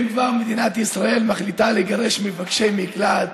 אם כבר מדינת ישראל מחליטה לגרש מבקשי מקלט,